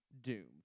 doomed